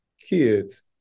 kids